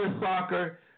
soccer